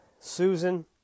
Susan